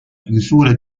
chiusura